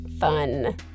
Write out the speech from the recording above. fun